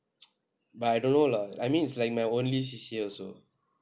but I don't know lah I mean like it's my only C_C_A also